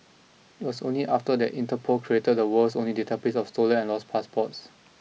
it was only after that Interpol created the world's only database of stolen and lost passports